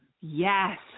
Yes